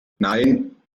nein